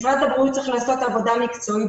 משרד הבריאות צריך לעשות עבודה מקצועית